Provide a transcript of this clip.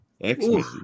Excellent